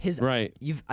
Right